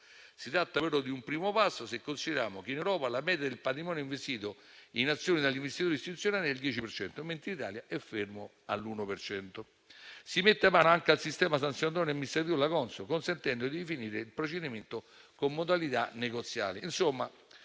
Si tratta però di un primo passo, se consideriamo che in Europa la media del patrimonio investito in azioni dagli investitori istituzionali è il 10 per cento, mentre in Italia è fermo all'1 per cento. Si mette mano anche al sistema sanzionatorio e amministrativo della Consob, consentendo di definire il procedimento con modalità negoziali.